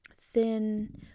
thin